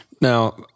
Now